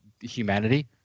humanity